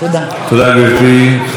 חבר הכנסת עמר בר-לב,